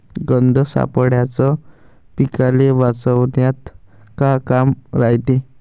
गंध सापळ्याचं पीकाले वाचवन्यात का काम रायते?